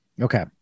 Okay